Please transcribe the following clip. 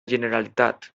generalitat